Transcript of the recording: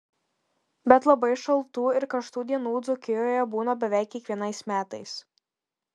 bet labai šaltų ir karštų dienų dzūkijoje būna beveik kiekvienais metais